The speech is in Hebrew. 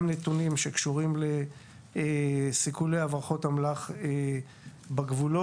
נתונים שקשורים לסיכולי הברחות אמל"ח בגבולות.